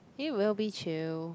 it will be chill